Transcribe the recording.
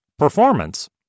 Performance